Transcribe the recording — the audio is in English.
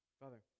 Father